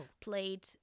played